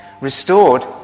restored